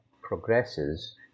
progresses